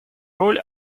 роль